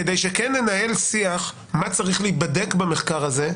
כדי שכן ננהל שיח מה צריך להיבדק במחקר הזה,